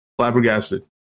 flabbergasted